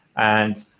and